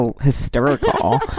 hysterical